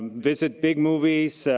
visit big movies,